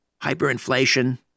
Hyperinflation